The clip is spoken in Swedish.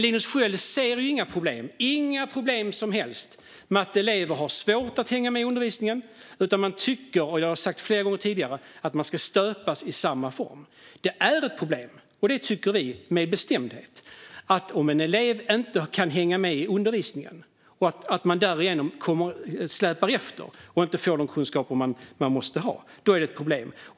Linus Sköld ser inga som helst problem med att elever har svårt att hänga med i undervisningen. Som jag har sagt flera gånger tidigare tycker Socialdemokraterna att alla ska stöpas i samma form. Det är ett problem, tycker vi med bestämdhet, om elever inte kan hänga med i undervisningen. Om de därigenom släpar efter och inte får de kunskaper de måste ha är det ett problem.